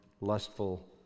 lustful